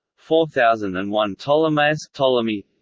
four thousand and one ptolemaeus ptolemaeus